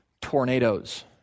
tornadoes